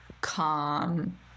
calm